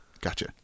Gotcha